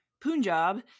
Punjab